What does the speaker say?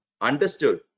understood